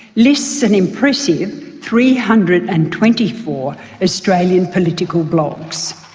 lists an impressive three hundred and twenty four australian political blogs.